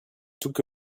took